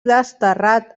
desterrat